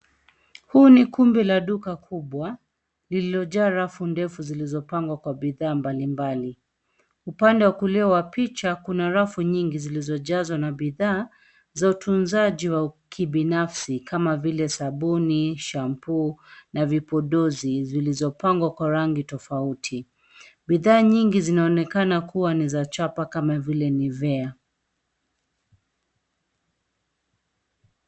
Huu ni kumbi la duka kubwa lililojaa rafu ndefu zilizopangwa kwa bidhaa mbalimbali. Upanda wa kulia wa picha, kuna rafu nyingi zilizojazwa na bidhaa za utunzaji wa ukibinafsi kama vile sabuni, shampoo na vipodozi zilizopangwa kwa rangi tofauti. Bidhaa nyingi zinaonekana kuwa ni za chapa kama vile nivea .